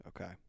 okay